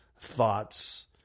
thoughts